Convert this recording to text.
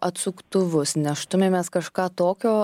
atsuktuvus neštumėmės kažką tokio